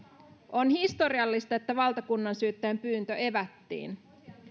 on historiallista että valtakunnansyyttäjän pyyntö evättiin